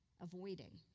Avoiding